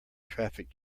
traffic